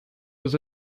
was